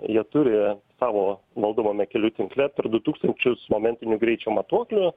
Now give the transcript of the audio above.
jie turi savo valdomame kelių tinkle per du tūkstančius momentinių greičio matuoklių